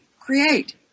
create